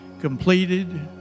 completed